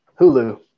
Hulu